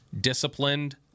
disciplined